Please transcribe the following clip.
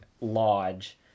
lodge